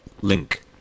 Link